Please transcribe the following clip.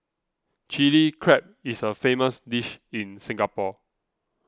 Chilli Crab is a famous dish in Singapore